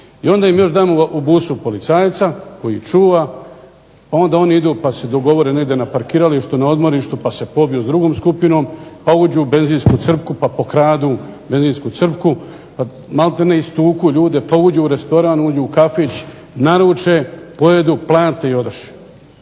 I onda im još damo u busu policajca koji čuva pa onda oni idu pa se dogovore negdje na parkiralištu na odmorištu pa se pobiju s drugom skupinom, pa uđu u benzinsku crpku pa pokradu benzinsku crpku, pa malte ne istuku ljude, pa uđu u restoran, uđu u kafić, naruče, pojedu, plate i odoše.